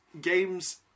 games